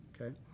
okay